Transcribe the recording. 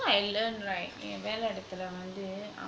so I learn right என் வேல இடத்துல வந்து:en vela idathula vanthu um